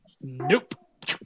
Nope